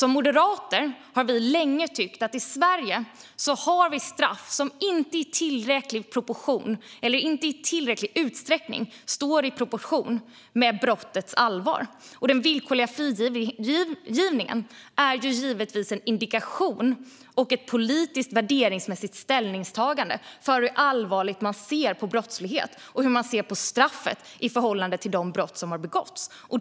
Moderaterna har länge tyckt att straffen i Sverige inte i tillräcklig utsträckning står i proportion till brottets allvar. Den villkorliga frigivningen är givetvis en indikation på och ett politiskt värderingsmässigt ställningstagande till hur allvarligt man ser på brottslighet och på straffet i förhållande till det brott som har begåtts.